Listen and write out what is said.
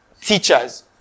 teachers